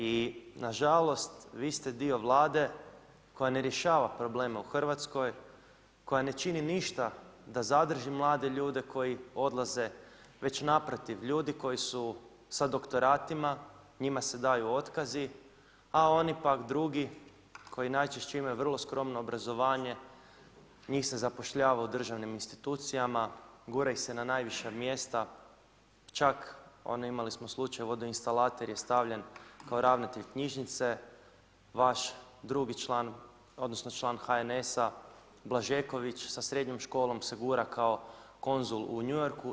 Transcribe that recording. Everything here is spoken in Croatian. I nažalost, vi ste dio Vlade koja ne rješava probleme u Hrvatskoj, koja ne čini ništa da zadrži mlade ljude koji odlaze već naprotiv, ljudi koji su sa doktoratima, njima se daju otkazi a oni pak drugi koji najčešće imaju vrlo skromno obrazovanje njih se zapošljava u državnim institucijama, gura ih se na najviša mjesta, čak imali smo slučaj vodoinstalater je stavljen kao ravnatelj knjižnice, vaš drugi član, odnosno član HNS-a Blažeković sa srednjom školom se gura kao konzul u New Yorku.